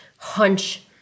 hunch